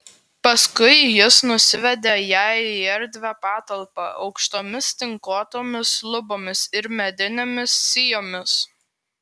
paskui jis nusivedė ją į erdvią patalpą aukštomis tinkuotomis lubomis ir medinėmis sijomis